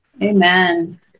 Amen